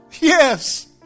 Yes